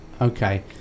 okay